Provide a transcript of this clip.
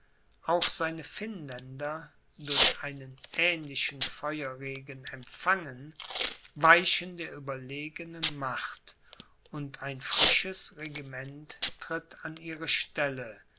auch seine finnländer durch einen ähnlichen feuerregen empfangen weichen der überlegenen macht und ein frisches regiment tritt an ihre stelle